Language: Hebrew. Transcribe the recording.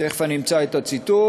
תכף אני אמצא את הציטוט: